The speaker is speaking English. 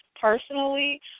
personally